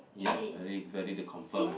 ya very very to confirm